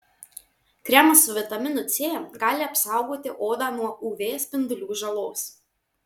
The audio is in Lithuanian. kremas su vitaminu c gali apsaugoti odą nuo uv spindulių žalos